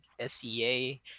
SEA